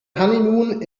honeymoon